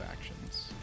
actions